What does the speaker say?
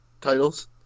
titles